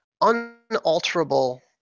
unalterable